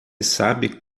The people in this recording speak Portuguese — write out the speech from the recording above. sabe